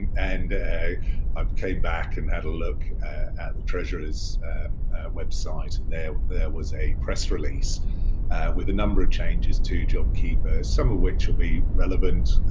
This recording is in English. and i um came back and had a look at the treasurer's website and there was a press release with a number of changes to jobkeeper, some of which will be relevant,